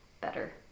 better